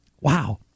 Wow